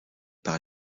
par